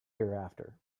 hereafter